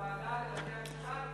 הוועדה לבתי-המשפט,